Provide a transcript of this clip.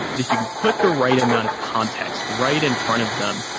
if you can put the right amount of context right in front of them,